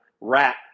rat